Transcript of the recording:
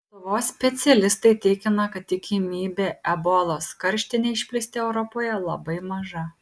lietuvos specialistai tikina kad tikimybė ebolos karštinei išplisti europoje labai maža